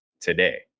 today